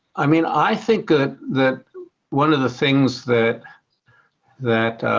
i mean, i think that that one of the things that that